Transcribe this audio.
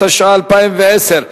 התשע"א 2010,